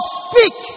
speak